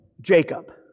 Jacob